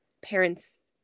parents